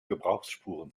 gebrauchsspuren